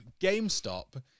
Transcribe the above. GameStop